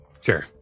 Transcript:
Sure